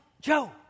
Joe